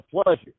pleasure